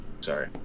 sorry